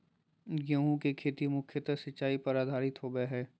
गेहूँ के खेती मुख्यत सिंचाई पर आधारित होबा हइ